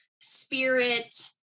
spirit